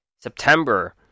September